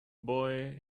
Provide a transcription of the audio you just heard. boy